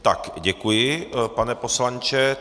Tak děkuji, pane poslanče.